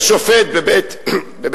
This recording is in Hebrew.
יש שופט בבית-משפט,